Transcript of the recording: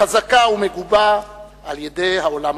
חזקה ומגובה על-ידי העולם החופשי.